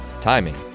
timing